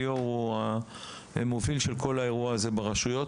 ליאור הוא המוביל של כל האירוע הזה ברשויות